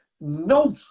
No